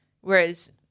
Whereas